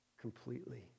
completely